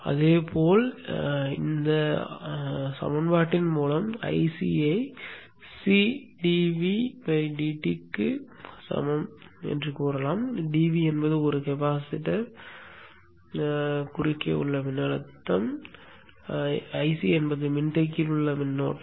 அதேபோல இந்த ஆளும் சமன்பாட்டின் மூலம் Ic C க்கு சமம் dv என்பது ஒரு கெப்பாசிட்டருக்கு குறுக்கே உள்ள மின்னழுத்தம் Ic என்பது மின்தேக்கத்தில் உள்ள மின்னோட்டம்